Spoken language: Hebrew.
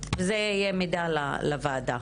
זה יהיה מידע לוועדה.